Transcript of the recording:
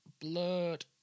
Blood